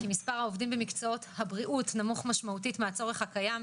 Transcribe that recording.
כי מספר העובדים במקצועות הבריאות נמוך משמעותית מהצורך הקיים,